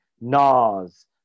Nas